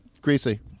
Greasy